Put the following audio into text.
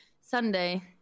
Sunday